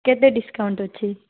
କେତେ ଡିସ୍କାଉଣ୍ଟ ଅଛି